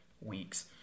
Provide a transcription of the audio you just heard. weeks